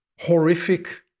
horrific